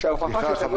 --- הוכחה.